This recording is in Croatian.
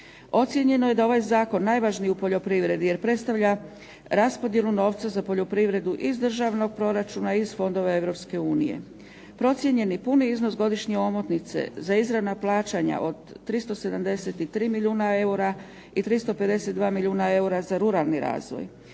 Ocijenjeno je da ovaj Zakon najvažniji u poljoprivredi jer predstavlja raspodjelu novca za poljoprivredu iz državnog proračuna i iz fondova Europske unije. Procijenjeni puni iznos godišnje omotnice, za izravna plaćanja od 373 milijuna eura i 352 milijuna eura za ruralni razvoj.